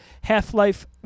Half-Life